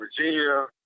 Virginia